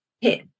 hit